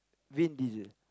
Vin-Diesel